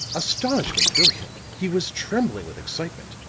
astonishment filled him he was trembling with excitement.